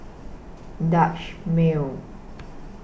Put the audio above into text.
Dutch Mill